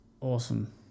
awesome